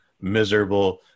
miserable